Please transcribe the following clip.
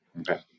Okay